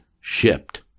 shipped